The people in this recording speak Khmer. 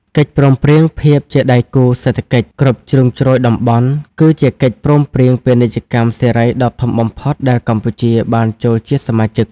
កិច្ចព្រមព្រៀងភាពជាដៃគូសេដ្ឋកិច្ចគ្រប់ជ្រុងជ្រោយតំបន់ គឺជាកិច្ចព្រមព្រៀងពាណិជ្ជកម្មសេរីដ៏ធំបំផុតដែលកម្ពុជាបានចូលជាសមាជិក។